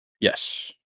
Yes